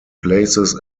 places